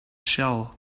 shell